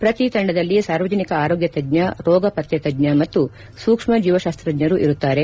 ಪ್ರತಿ ತಂಡದಲ್ಲಿ ಸಾರ್ವಜನಿಕ ಆರೋಗ್ಯ ತಜ್ಜ ರೋಗ ಪತ್ತೆ ತಜ್ಜ ಮತ್ತು ಸೂಕ್ಷ್ಮ ಜೀವಶಾಸ್ತಜ್ಜರು ಇರುತ್ತಾರೆ